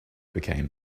became